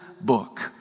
book